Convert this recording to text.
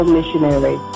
Missionary